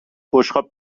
بشقاب